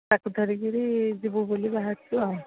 ତାକୁ ଧରି କିରି ଯିବୁ ବୋଲି ବାହାରିଛୁ ଆଉ